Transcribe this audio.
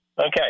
Okay